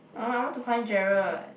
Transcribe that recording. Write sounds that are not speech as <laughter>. <noise> I want to find Gerald